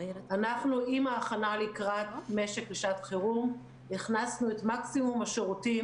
אנחנו עם ההכנה לקראת משק לשעת חירום הכנסנו את מקסימום השירותים